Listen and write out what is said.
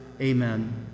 amen